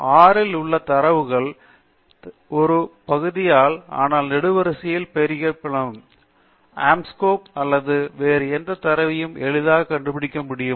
R இல் உள்ள தரவுத் தடம் தரவுகளின் ஒரு பகுதியல்ல ஆனால் நெடுவரிசைகள் பெயரிடப்பட்டவையாகும் ஆஸ்கோம்பே அல்லது வேறு எந்த தரவையும் எளிதாக கண்டுபிடிக்க முடியும்